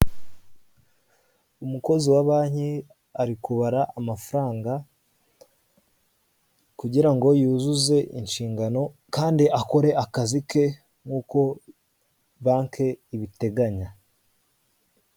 Umukozi wa banki ari kubara mafaranga, kugirango yuzuze inshingano. Kandi akore akazi ke nkuko banke ibiteganya.